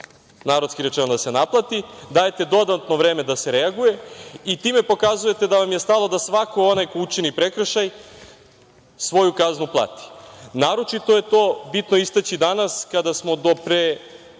narodski rečeno da se naplati, dajete dodatno vreme da se reaguje i time pokazujete da vam je stalo da svako onaj ko učini prekršaj svoju kaznu plati. Naročito je to bitno istaći danas kada smo do pre